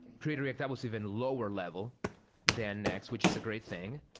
create react app was even lower level than next, which is a great thing,